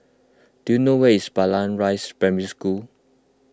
do you know where's Blangah Rise Primary School